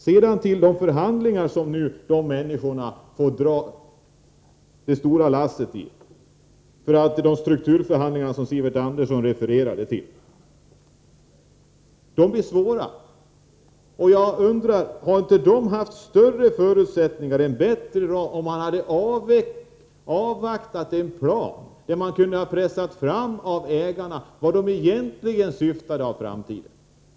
De sturkturförhandlingar som Sivert Andersson refererade till och där dessa människor nu får dra det tyngsta lasset blir svåra. Hade förutsättningarna för dessa förhandlingar inte blivit bättre om man avvaktat en plan och kunnat pressa fram av ägarna vad de egentligen syftar till i framtiden.